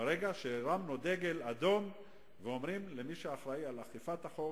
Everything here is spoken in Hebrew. ברגע שהרמנו דגל אדום ואנחנו אומרים למי שאחראי לאכיפת החוק,